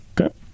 Okay